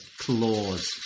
claws